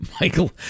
Michael